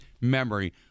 memory